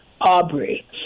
Aubrey